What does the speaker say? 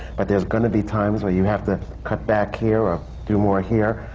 but there's gonna be times when you have to cut back here or do more here.